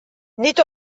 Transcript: nid